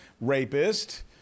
rapist